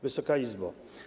Wysoka Izbo!